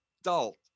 adult